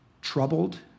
troubled